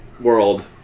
world